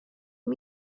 you